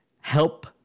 Help